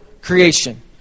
creation